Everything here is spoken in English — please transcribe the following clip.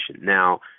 Now